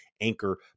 Anchor